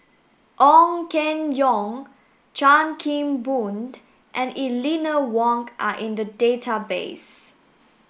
Ong Keng Yong Chan Kim Boon and Eleanor Wong are in the database